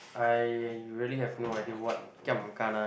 I really have no idea what giam kana